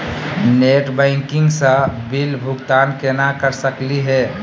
Net banking स bill भुगतान केना कर सकली हे?